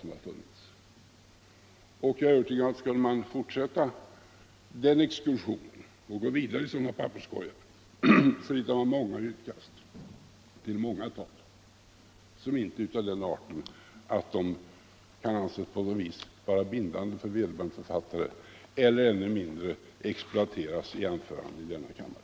Jag är övertygad om att skulle man fortsätta den exkursionen i UD:s papperskorgar så skulle man hitta utkast till många tal, som inte är av den arten att de kan anses på något vis vara bindande för vederbörande författare eller ännu mindre ägnade att exploateras i anföranden i denna kammare.